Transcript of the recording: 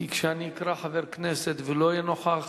כי כשאני אקרא לחבר כנסת והוא לא יהיה נוכח